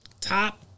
top